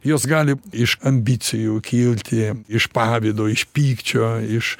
jos gali iš ambicijų kilti iš pavydo iš pykčio iš